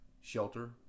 shelter